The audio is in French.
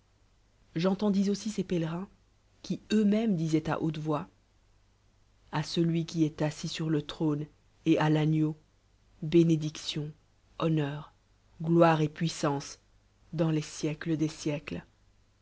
aussi çes pélerins qui disoient à haute voix a celui qui est assis sur le irône et à l gloire et prris sance dans les siècles des